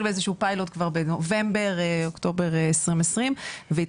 באיזשהו פיילוט כבר באוקטובר נובמבר 2020 והתחיל